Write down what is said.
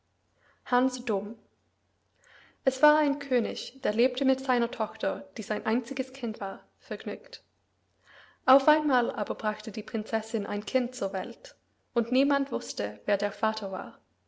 hans dumm es war ein könig der lebte mit seiner tochter die sein einziges kind war vergnügt auf einmal aber brachte die prinzessin ein kind zur welt und niemand wußte wer der vater war